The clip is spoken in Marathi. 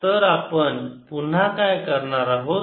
तर आपण पुन्हा काय करणार आहोत